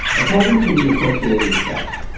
according to the associated press